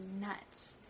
nuts